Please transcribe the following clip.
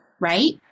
Right